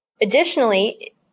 Additionally